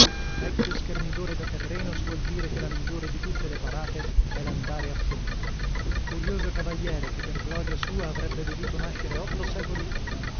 vecchio schermidore da terreno suol dire che la migliore di tutte le parate è l'andare a fondo curioso cavaliere che per gloria sua avrebbe dovuto nascere otto secoli fa